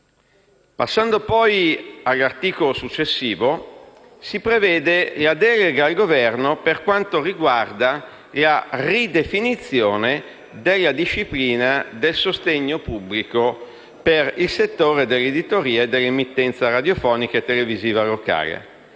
Passando poi all'articolo successivo, si prevede la delega al Governo per quanto riguarda la ridefinizione della disciplina del sostegno pubblico per il settore dell'editoria e dell'emittenza radiofonica e televisiva locale,